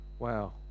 Wow